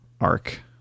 arc